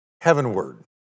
heavenward